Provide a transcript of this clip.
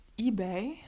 eBay